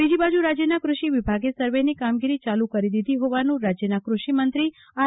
બીજીબાજી રાજ્યના કૃષિ વિભાગે સર્વે ની કામગીરી ચાલુ કરી દીધી ફોવાનું રાજ્યના કૃષિમંત્રી આર